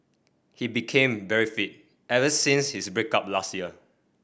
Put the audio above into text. he became very fit ever since his break up last year